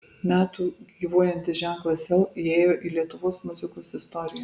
metų gyvuojantis ženklas sel įėjo į lietuvos muzikos istoriją